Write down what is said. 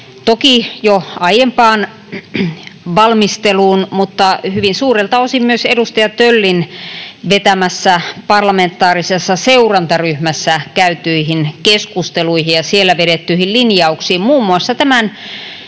toki jo aiempaan valmisteluun mutta hyvin suurelta osin myös edustaja Töllin vetämässä parlamentaarisessa seurantaryhmässä käytyihin keskusteluihin ja siellä vedettyihin linjauksiin muun muassa tämän